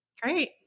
Great